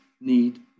need